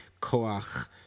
koach